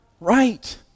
right